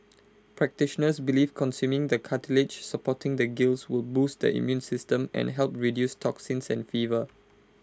practitioners believe consuming the cartilage supporting the gills will boost the immune system and help reduce toxins and fever